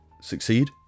succeed